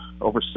over